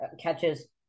catches